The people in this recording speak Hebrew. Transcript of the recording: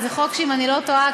אבל זה חוק שאם אני לא טועה,